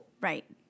Right